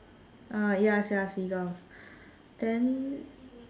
ah yes sia seagulls then